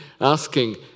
asking